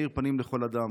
מאיר פנים לכל אדם.